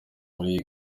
muri